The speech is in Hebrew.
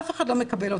אף אחד לא מקבל אותם.